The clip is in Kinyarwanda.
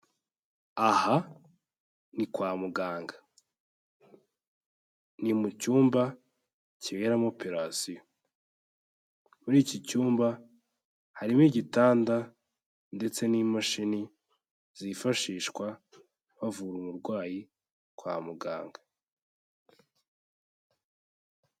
Aha ni kwa muganga, ni mu cyumba kiberamo operation, muri iki cyumba harimo igitanda ndetse n'imashini, zifashishwa bavura umurwayi kwa muganga.